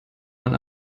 man